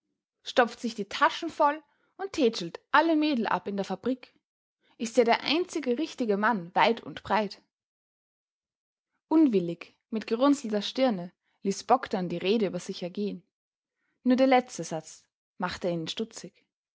stopft sich die taschen voll und tätschelt alle mädel ab in der fabrik ist ja der einzige richtige mann weit und breit unwillig mit gerunzelter stirne ließ bogdn die rede über sich ergehen nur der letzte satz machte ihn stutzig